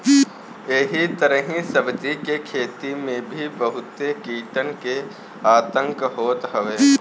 एही तरही सब्जी के खेती में भी बहुते कीटन के आतंक होत हवे